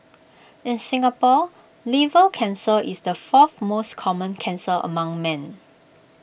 in Singapore liver cancer is the fourth most common cancer among men